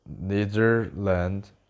Netherlands